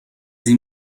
این